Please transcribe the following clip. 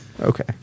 Okay